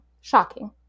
shocking